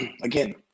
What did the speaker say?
again